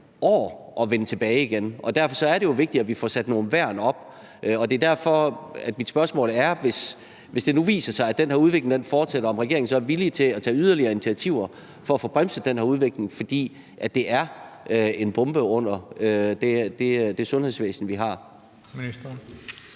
år at vende igen. Derfor er det jo vigtigt, at vi får sat nogle værn op, og det er derfor, mit spørgsmål er, om regeringen, hvis det nu viser sig, at den her udvikling fortsætter, så er villig til at tage yderligere initiativer for at få bremset den her udvikling. For det er en bombe under det sundhedsvæsen, vi har.